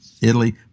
Italy